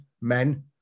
men